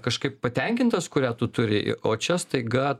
kažkaip patenkintas kurią tu turi o čia staiga